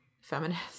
feminist